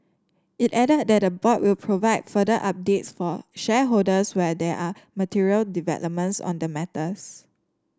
it added that the board will provide further updates for shareholders when there are material developments on the matters